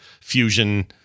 Fusion